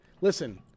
listen